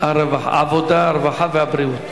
לוועדת העבודה, הרווחה והבריאות.